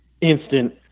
instant